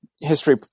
history